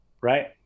right